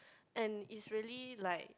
and is really like